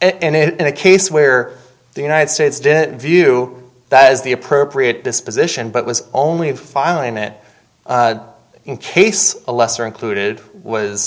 in a case where the united states didn't view that as the appropriate disposition but was only filing it in case a lesser included was